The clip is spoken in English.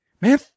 man